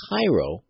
Cairo